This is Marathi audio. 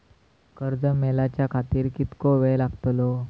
कर्ज मेलाच्या खातिर कीतको वेळ लागतलो?